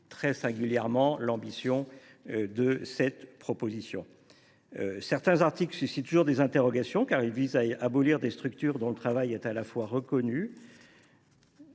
singulièrement l’ambition de ce texte. Certains articles suscitent toujours des interrogations, car ils visent à abolir des structures dont le travail est reconnu,